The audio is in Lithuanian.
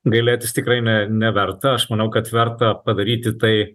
gailėtis tikrai ne neverta aš manau kad verta padaryti tai